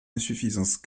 insuffisance